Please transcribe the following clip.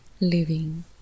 Living